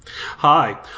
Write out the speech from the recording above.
Hi